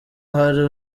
hari